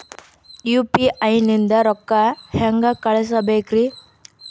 UPI ನಿಂದ ರೊಕ್ಕ ಹೆಂಗ ಕಳಸಬೇಕ್ರಿ?